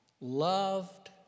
loved